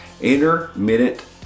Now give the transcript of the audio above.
intermittent